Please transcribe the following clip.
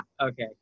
Okay